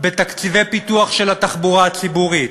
בתקציבי פיתוח של התחבורה הציבורית,